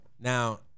Now